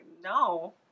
No